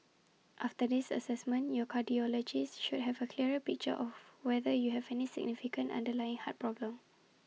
after this Assessment your cardiologist should have A clearer picture of whether you have any significant underlying heart problem